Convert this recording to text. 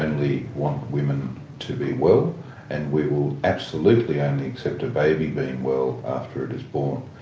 only want women to be well and we will absolutely only accept a baby being well after it is born.